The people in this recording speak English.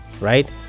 right